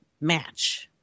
match